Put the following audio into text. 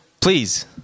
Please